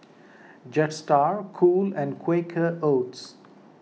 Jetstar Cool and Quaker Oats